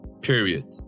Period